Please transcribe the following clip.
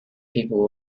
people